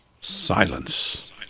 Silence